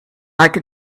like